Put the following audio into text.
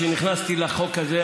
כאשר נכנסתי לחוק הזה,